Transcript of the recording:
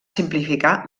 simplificar